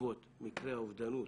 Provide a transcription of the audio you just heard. בעקבות מקרי אובדנות